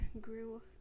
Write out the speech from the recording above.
grew